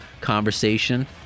conversation